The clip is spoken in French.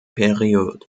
période